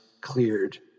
cleared